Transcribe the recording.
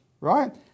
right